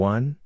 One